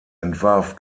entwarf